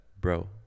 bro